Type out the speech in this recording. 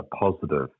positive